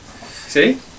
See